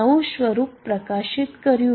નવું સ્વરૂપ પ્રકાશિત કર્યું